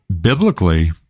biblically